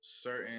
certain